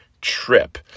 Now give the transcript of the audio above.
TRIP